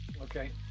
Okay